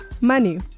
Money